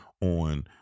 On